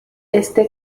este